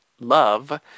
love